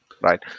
right